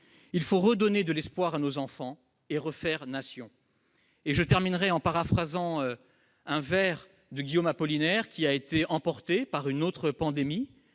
Il faut redonner de l'espoir à nos enfants et refaire Nation. Je termine en paraphrasant un vers de Guillaume Apollinaire, qui a été emporté par une autre pandémie